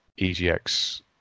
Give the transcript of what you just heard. EGX